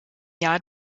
jahr